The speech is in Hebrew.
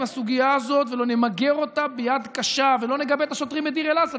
הסוגיה הזאת ולא נמגר אותה ביד קשה ולא נגבה את השוטרים בדיר אל-אסד,